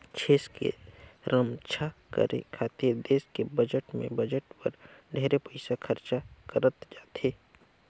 छेस के रम्छा करे खातिर देस के बजट में बजट बर ढेरे पइसा खरचा करत जाथे